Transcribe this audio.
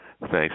thanks